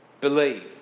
believe